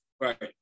Right